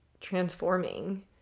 transforming